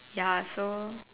ya so